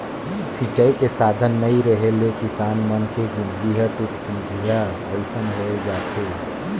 सिंचई के साधन नइ रेहे ले किसान मन के जिनगी ह टूटपुंजिहा असन होए जाथे